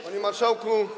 Panie Marszałku!